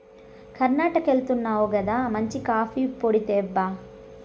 కర్ణాటకెళ్తున్నావు గదా మంచి కాఫీ పొడి తేబ్బా